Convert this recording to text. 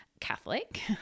Catholic